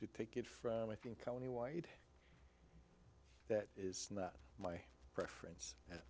to take it from i think that it's not my preference